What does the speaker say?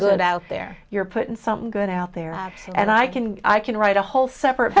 good out there you're putting something good out there and i can i can write a whole separate